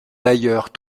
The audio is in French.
d’ailleurs